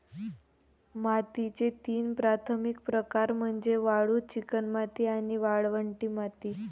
मातीचे तीन प्राथमिक प्रकार म्हणजे वाळू, चिकणमाती आणि वाळवंटी माती